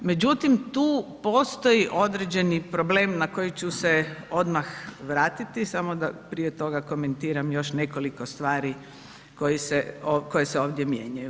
Međutim, tu postoji određeni problem na koji ću se odmah vratiti, samo da prije toga komentiram još nekoliko stvari koje se ovdje mijenjaju.